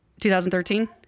2013